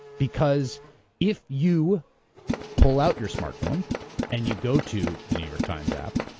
because if you pull out your smartphone and you go to the new york times app,